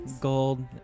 gold